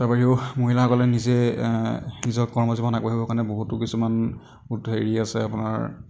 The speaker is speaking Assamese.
তাৰ বাহিৰেও মহিলাসকলে নিজে এ নিজৰ কৰ্মজীৱন আগবাঢ়িবৰ কাৰণে বহুতো কিছুমান হেৰি আছে আপোনাৰ